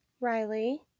Riley